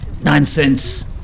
Nonsense